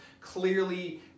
clearly